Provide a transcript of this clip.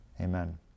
amen